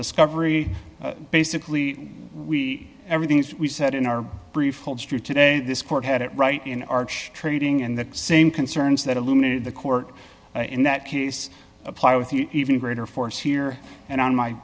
discovery basically we everything we said in our brief holds true today this court had it right in arch trading and the same concerns that illuminated the court in that case apply with even greater force here and on my